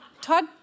Todd